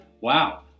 wow